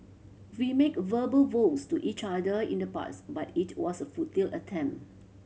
we make verbal vows to each other in the past but it was a futile attempt